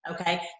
Okay